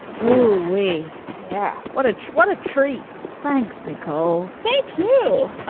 hoo way yeah. what a what a treat. thanks, nicole. thank you.